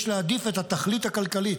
יש להעדיף את התכלית הכלכלית,